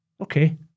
Okay